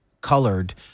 colored